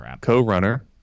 co-runner